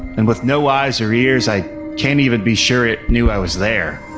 and with no eyes or ears, i can't even be sure it knew i was there.